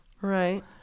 right